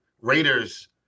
Raiders